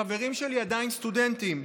חברים שלי עדיין סטודנטים,